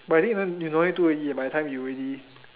but I think it isn't you don't need to already by the time you already